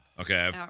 Okay